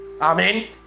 Amen